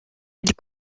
ils